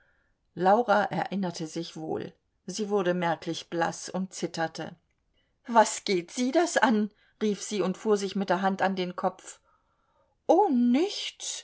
laura erinnerte sich wohl sie wurde merklich blaß und zitterte was geht sie das an rief sie und fuhr sich mit der hand an den kopf oh nichts